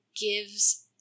gives